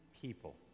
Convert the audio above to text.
people